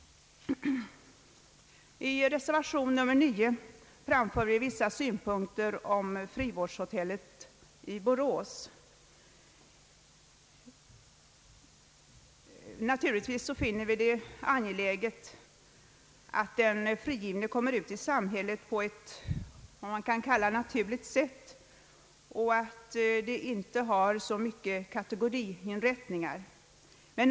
I reservation nr 9 framför vi en del synpunkter på frivårdshotellet i Borås. Vi finner det angeläget att den frigivne kommer ut i samhället på ett naturligt sätt och inte till kategoriinrättningar.